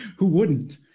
who wouldn't?